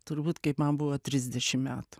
turbūt kaip man buvo trisdešim metų